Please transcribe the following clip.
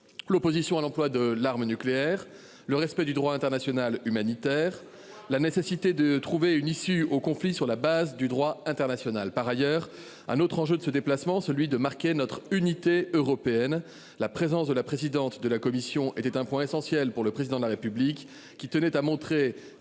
l'opposition à l'emploi de l'arme nucléaire, le respect du droit international humanitaire et la nécessité de trouver une issue au conflit sur la base du droit international. Et Taïwan ? Un autre enjeu de ce déplacement était de marquer notre unité européenne. La présence de la présidente de la Commission était un point essentiel pour le Président de la République, qui tenait à montrer